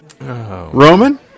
Roman